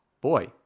Boy